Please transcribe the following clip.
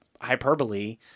hyperbole